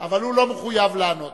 אבל הוא לא מחויב לענות.